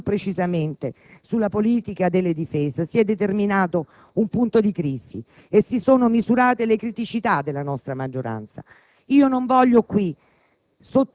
anzi, più precisamente sulla politica della difesa, si è determinato un punto di crisi e si sono misurate le criticità della nostra maggioranza. Non voglio qui